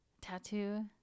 tattoo